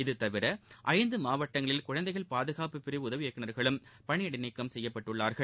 இதுதவிர ஐந்து மாவட்டங்களில் குழந்தைகள் பாதுகாப்புப் பிரிவு உதவி இயக்குநர்களுகம் பணி இடைநீக்கம் செய்யப்பட்டுள்ளார்கள்